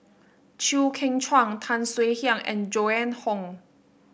Chew Kheng Chuan Tan Swie Hian and Joan Hon